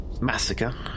massacre